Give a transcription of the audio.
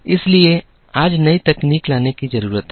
इसलिए आज नई तकनीक लाने की जरूरत है